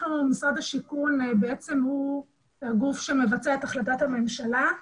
משרד השיכון הוא הגוף שמבצע את החלטת הממשלה.